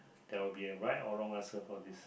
there will be a right or wrong answer for this